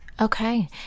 Okay